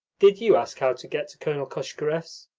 did you ask how to get to colonel koshkarev's?